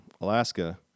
Alaska